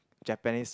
Japanese